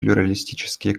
плюралистические